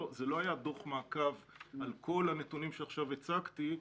זה לא היה דוח מעקב על כל הנתונים שהצגתי עכשיו,